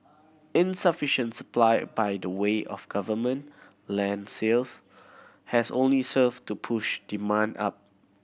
insufficient supply by the way of government land sales has only served to push demand up